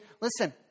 Listen